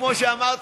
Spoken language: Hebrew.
כמו שאמרתי,